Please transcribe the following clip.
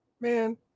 man